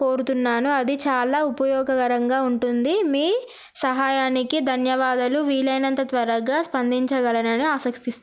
కోరుతున్నాను అది చాలా ఉపయోగకరంగా ఉంటుంది మీ సహాయానికి ధన్యవాదాలు వీలైనంత త్వరగా స్పందించగలరని ఆసక్తి చూస్తారు